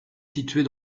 située